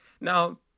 Now